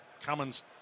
Cummins